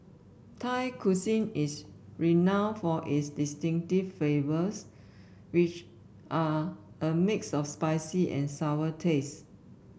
thai cuisine is renowned for its distinctive flavors which are a mix of spicy and sour tastes